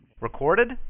Recorded